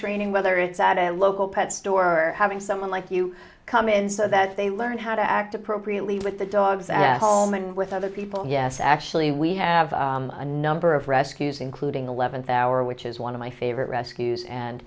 training whether it's at a local pet store or having someone like you come in so that they learn how to act appropriately with the dogs at home and with other people yes actually we have a number of rescues including the eleventh hour which is one of my favorite rescues and